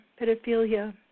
pedophilia